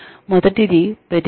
మొదటిది ప్రతిచర్య